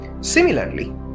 Similarly